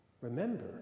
Remember